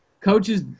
Coaches